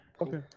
Okay